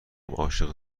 عاشق